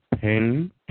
pen